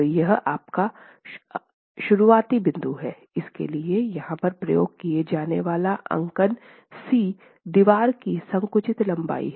तो यह आपका शुरुआती बिंदु है इसके लिए यहाँ पर प्रयोग किया जाने वाला अंकन c दीवार की संकुचित लंबाई है